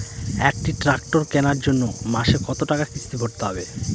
একটি ট্র্যাক্টর কেনার জন্য মাসে কত টাকা কিস্তি ভরতে হবে?